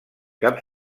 cap